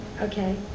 Okay